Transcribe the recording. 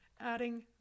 adding